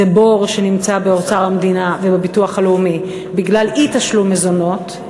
זה בור שנמצא באוצר המדינה ובביטוח הלאומי בגלל אי-תשלום מזונות,